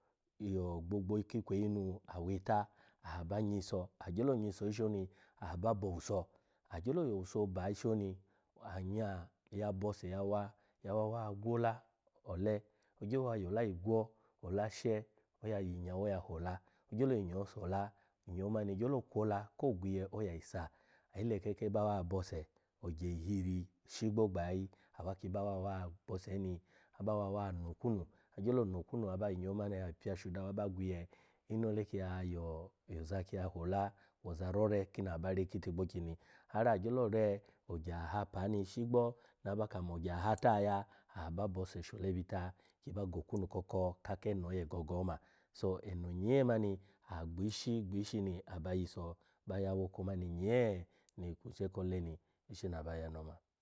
Ogbo gbo ki kiveyi nu aiveta aha ba nyiso. n agyolo nyiso ishi oni aha ba bo owuso, agyolo you owuso ba ishi oni anya ya bose yawa yawa wa givola ole, ogyo wa yola gwo, ola she oya yi inyawo ya hola, ogyolo yi nyo hola, inyo mani gyolo kwola ko gwiye oya yi sa, ayi lekeke bawa bose ogyi ihiri shigbo gbayayi awa ki a wa wa bose ni, aba wa wa no okwunu, agyolo no okwunu aba yinyo mani ya pyashu da awa ba gwiye inole kiya yo oza kiya hola, oza rore kini aba re kitikpokyi ni hari agyolo re ogya ahapa ni shigbo naba kamo ogya ahata ya ya aba bose shole bita ki ba go okivunu ko oko ka keno oye gogo oma. So eno nyee mani aha gbi ishi gbi ishi ni aba iso ba ya awoko mani nyee ni kumshe kole ni ishi ni aba ya ni oma.